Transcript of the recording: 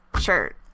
shirt